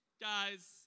guys